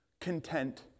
content